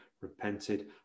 repented